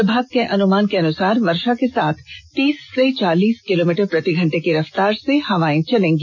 विभाग के अनुमान के अनुसार वर्षा के साथ तीस से चालीस किलोमीटर प्रतिघंटे की रफ्तार से हवा चलेंगी